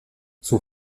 son